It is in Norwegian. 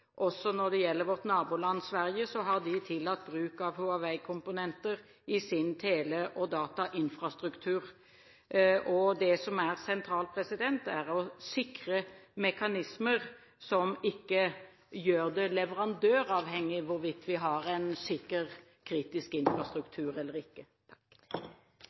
Når det gjelder vårt naboland Sverige, har de tillatt bruk av Huawei-komponenter i sin tele- og datainfrastruktur. Det som er sentralt, er å sikre mekanismer som ikke gjør det leverandøravhengig hvorvidt vi har en sikker kritisk infrastruktur eller ikke.